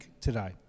today